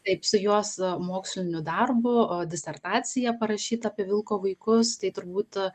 taip su jos moksliniu darbu disertacija parašyta apie vilko vaikus tai turbūt